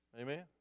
Amen